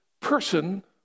person